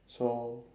so